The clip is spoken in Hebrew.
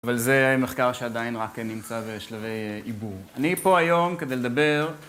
אבל זה מחקר שעדיין רק נמצא בשלבי עיבור. אני פה היום כדי לדבר...